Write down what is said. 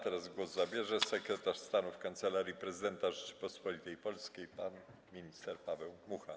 Teraz głos zabierze sekretarz stanu w Kancelarii Prezydenta Rzeczypospolitej Polskiej pan minister Paweł Mucha.